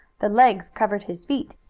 the legs covered his feet.